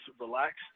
relaxed